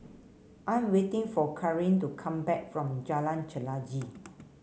I am waiting for Kareen to come back from Jalan Chelagi